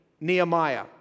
Nehemiah